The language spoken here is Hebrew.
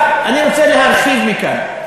אני רוצה להרחיב מכאן.